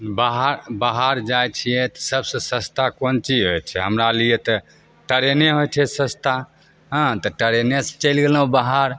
बाहर बाहर जाइ छिए तऽ सबसे सस्ता कोन चीज होइ छै हमरालिए तऽ ट्रेने होइ छै सस्ता हँ तऽ ट्रेनेसे चलि गेलहुँ बाहर